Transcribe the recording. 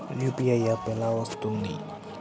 UPI app ఎలా వస్తుంది?